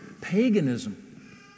paganism